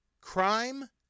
Crime